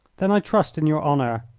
then i trust in your honour.